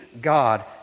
God